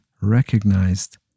recognized